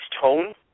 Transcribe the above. tone